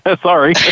Sorry